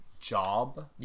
job